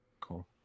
cool